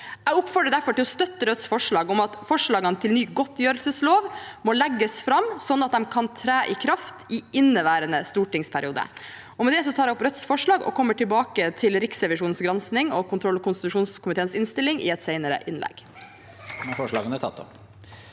Jeg oppfordrer derfor til å støtte Rødts forslag om at forslag til ny godtgjørelseslov må legges fram, sånn at den kan tre i kraft i inneværende stortingsperiode. Med det tar jeg opp Rødts forslag og kommer tilbake til Riksrevisjonens gransking og kontroll- og konstitusjonskomiteens innstilling i et senere innlegg.